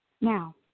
Now